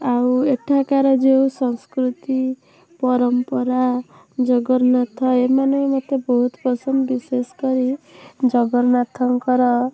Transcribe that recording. ଆଉ ଏଠାକାର ଯେଉଁ ସଂସ୍କୃତି ପରମ୍ପରା ଜଗନ୍ନାଥ ଏମାନେ ବି ମୋତେ ବହୁତ ପସନ୍ଦ ବିଶେଷ କରି ଜଗନ୍ନାଥଙ୍କର